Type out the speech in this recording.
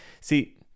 see